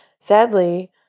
Sadly